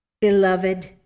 Beloved